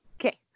Okay